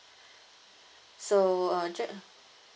so